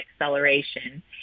acceleration